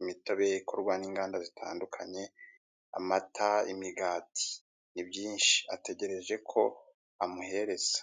imitobe ikorwa n'inganda zitandukanye, amata imigati, ni ibyinshi ategereje ko amuhereza.